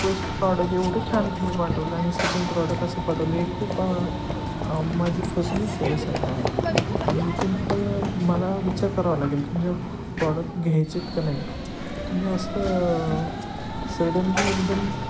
first product एवढं छान तुम्ही पाठवलं आणि सेकंड प्रॉडक असं पाठवलं हे खूप माझी फसवणूक केल्यासारखं आहे आणि इथून पुढे मला विचार करावं लागेल तुमच्या प्रॉडक घ्यायचे आहेत का नाही तुम्ही असं सडनली एकदम